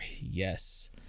Yes